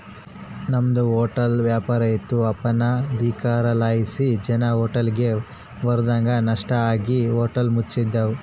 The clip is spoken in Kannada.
ನಮ್ದು ಹೊಟ್ಲ ವ್ಯಾಪಾರ ಇತ್ತು ಅಪನಗದೀಕರಣಲಾಸಿ ಜನ ಹೋಟ್ಲಿಗ್ ಬರದಂಗ ನಷ್ಟ ಆಗಿ ಹೋಟ್ಲ ಮುಚ್ಚಿದ್ವಿ